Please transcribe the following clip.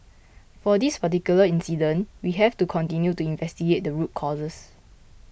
for this particular incident we have to continue to investigate the root causes